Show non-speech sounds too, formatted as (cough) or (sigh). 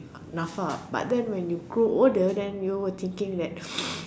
NAFA but then you grow older you will thinking that (noise)